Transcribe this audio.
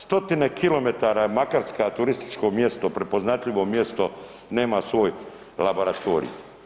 Stotine kilometara je Makarska turističko mjesto prepoznatljivo mjesto, nema svoj laboratorij.